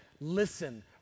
listen